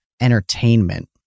entertainment